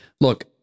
Look